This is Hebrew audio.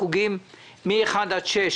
החוקים 1 עד 5